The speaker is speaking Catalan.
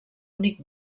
únic